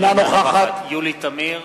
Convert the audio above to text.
אינה נוכחת יולי תמיר,